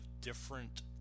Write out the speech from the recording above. different